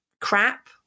crap